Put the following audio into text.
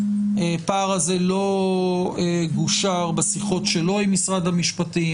הפער הזה לא גושר בשיחות שלו עם משרד המשפטים,